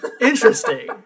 interesting